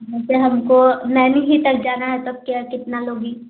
जैसे हमको नैनी ही तक जाना है तब क्या कितना लोगी